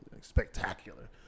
spectacular